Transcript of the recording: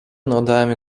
naudojami